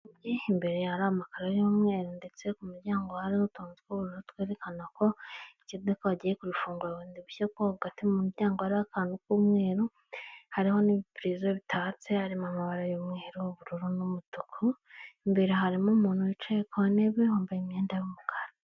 Imbere yari amakararo y'umweru ndetse ku muryango hari utuntu tw'ubururu twerekana ko ikiduko agiye kurifungura bundi bushya bwo hagati mu muryango ari akantu k'umweru hariho n'ibipirizo bitabatse arire mu amabara yumweru, ubururu, n'umutuku, imbere harimo umuntu wicaye ku ntebe wambaye imyenda y'umukara.